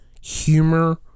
humor